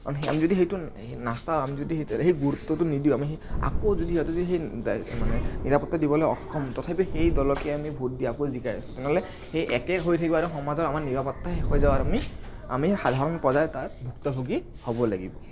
কাৰণ আমি যদি সেইটো নাচাওঁ আমি যদি সেই গুৰুত্বটো নিদিওঁ আমি সেই আকৌ যদি সিহঁতে যদি সেই নিৰাপত্তা দিবলৈ অক্ষম তথাপি সেই দলকে আমি ভোট দি আকৌ জিকাই আছোঁ তেনেহ'লে সেই একেই হৈ থাকিব আৰু সমাজৰ আমাৰ নিৰাপত্তা শেষ হৈ যাব আৰু আমি আমি সাধাৰণ প্ৰজাই তাৰ ভুক্তভোগী হ'ব লাগিব